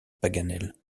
paganel